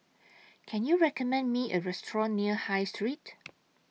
Can YOU recommend Me A Restaurant near High Street